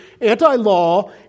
anti-law